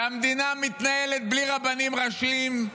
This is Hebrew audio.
והמדינה מתנהלת בלי רבנים ראשיים,